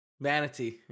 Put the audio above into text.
manatee